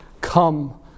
come